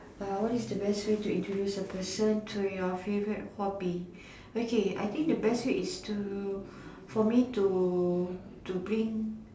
uh what is the best way to introduce a person to your favourite hobby okay I think the best way is to for me to to bring